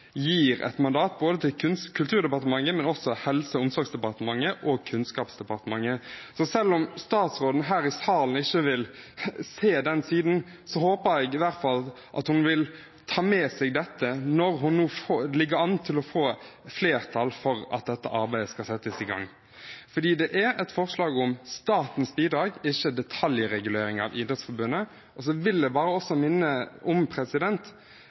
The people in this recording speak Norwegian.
gir et mandat til både Kulturdepartementet og også Helse- og omsorgsdepartementet og Kunnskapsdepartementet. Så selv om statsråden her i salen ikke vil se den siden, håper jeg i hvert fall at hun vil ta med seg dette når det nå ligger an til å bli flertall for at dette arbeidet skal settes i gang. Det er et forslag om statens bidrag, ikke om detaljregulering av Idrettsforbundet. Jeg vil også minne om